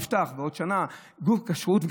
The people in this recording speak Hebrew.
יפתח בעוד שנה גוף כשרות,